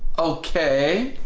ok,